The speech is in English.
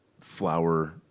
flower